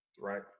right